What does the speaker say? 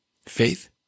Faith